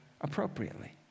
appropriately